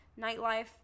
nightlife